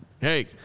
hey